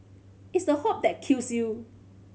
it's the hope that kills you